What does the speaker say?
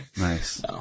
nice